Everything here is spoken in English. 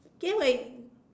then when